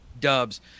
dubs